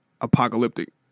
apocalyptic